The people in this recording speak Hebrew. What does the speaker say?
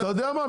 אתה יודע מה?